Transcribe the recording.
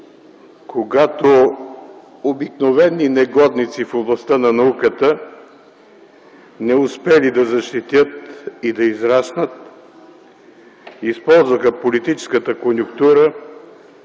когато обикновени негодници в областта на науката, не успели да защитят и да израснат, използваха политическата конюнктура